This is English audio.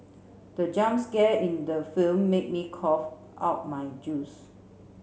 the jump scare in the film made me cough out my juice